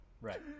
right